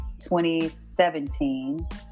2017